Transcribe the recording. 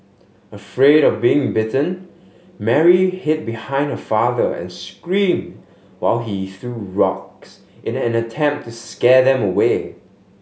afraid of being bitten Mary hid behind her father and screamed while he threw rocks in an attempt to scare them away